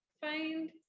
find